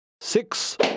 Six